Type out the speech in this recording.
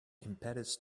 impetus